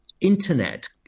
internet